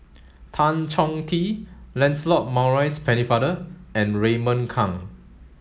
Tan Chong Tee Lancelot Maurice Pennefather and Raymond Kang